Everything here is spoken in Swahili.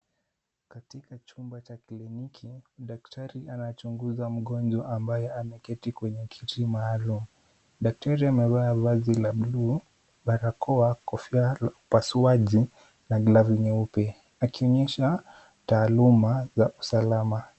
Katika chumba cha kliniki, daktari anachunguza mgonjwa ambaye ameketi kwenye kiti maalum. Daktari amevaa vazi la blue , barakoa, kofia ya upasuaji na glavu nyeupe akionyesha taaluma za usalama.